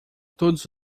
todos